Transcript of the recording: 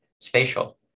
spatial